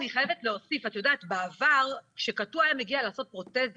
אני חייבת להוסיף שבעבר כשקטוע היה מגיע לעשות פרוטזה